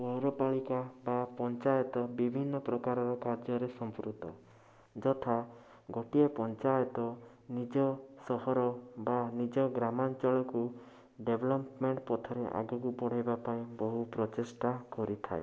ପୌରପାଳିକା ବା ପଞ୍ଚାୟତ ବିଭିନ୍ନ ପ୍ରକାରର କାର୍ଯ୍ୟରେ ସମ୍ପୃକ୍ତ ଯଥା ଗୋଟିଏ ପଞ୍ଚାୟତ ନିଜ ସହର ବା ନିଜ ଗ୍ରାମାଞ୍ଚଳକୁ ଡ଼େଭେଲପମେଣ୍ଟ ପଥରେ ଆଗକୁ ବଢ଼ାଇବା ପାଇଁ ବହୁ ପ୍ରଚେଷ୍ଟା କରିଥାଏ